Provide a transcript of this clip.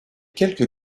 quelques